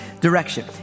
direction